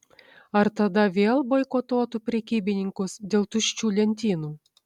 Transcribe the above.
ar tada vėl boikotuotų prekybininkus dėl tuščių lentynų